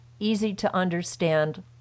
easy-to-understand